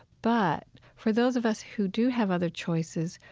but for those of us who do have other choices,